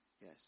Yes